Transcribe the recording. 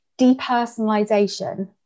depersonalization